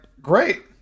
great